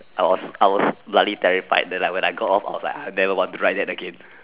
I was I was bloody terrified then I when I go off I was like I never want to ride that again